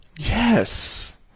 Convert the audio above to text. Yes